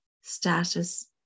status